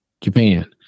Japan